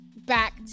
back